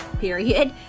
period